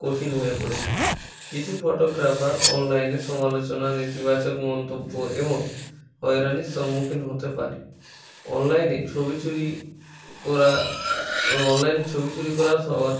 কঠিন হয়ে পড়েছে কিছু ফটোগ্রাফার অনলাইনে সমালোচনা নেতিবাচক মন্তব্য এবং হয়রানির সম্মুখীন হতে পারে অনলাইনে ছবি চুরি করা অনলাইন ছবি চুরি করা সহজ